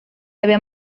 había